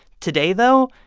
today, though,